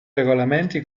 regolamenti